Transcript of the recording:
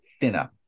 thinner